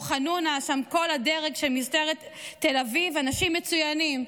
חנונה כל הדרג של משטרת ישראל אנשים מצוינים"